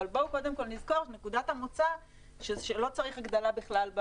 אבל בואו קודם כל נזכור שנקודת המוצא שלא צריך הגדלה בכלל,